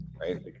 Right